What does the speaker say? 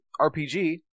RPG